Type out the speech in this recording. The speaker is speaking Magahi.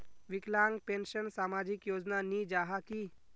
विकलांग पेंशन सामाजिक योजना नी जाहा की?